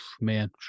man